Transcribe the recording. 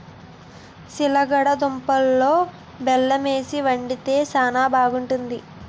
సిలగడ దుంపలలో బెల్లమేసి వండితే శానా బాగుంటాది